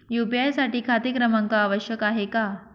UPI साठी खाते क्रमांक आवश्यक आहे का?